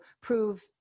prove